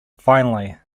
finally